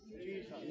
Jesus